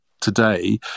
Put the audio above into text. today